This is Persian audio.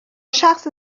شخص